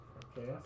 okay